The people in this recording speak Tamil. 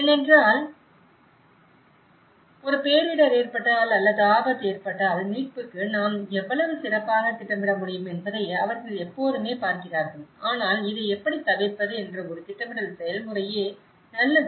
ஏனென்றால் ஒரு பேரிடர் ஏற்பட்டால் அல்லது ஆபத்து ஏற்பட்டால் மீட்புக்கு நாம் எவ்வளவு சிறப்பாக திட்டமிட முடியும் என்பதை அவர்கள் எப்போதுமே பார்க்கிறார்கள் ஆனால் இதை எப்படித் தவிர்ப்பது என்ற ஒரு திட்டமிடல் செயல்முறையே நல்லது